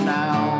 now